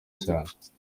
cyane